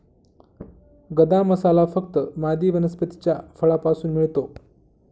गदा मसाला फक्त मादी वनस्पतीच्या फळापासून मिळतो